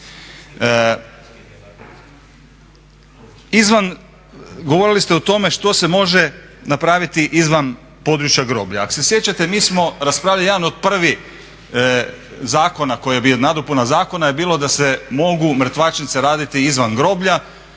govorili ste o tome što se može napraviti izvan područja groblja. Ako se sjećate mi smo raspravljali, jedan od prvih zakona koji je bio nadopuna zakona, je bilo da se mogu mrtvačnice raditi izvan groblja